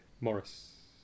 Morris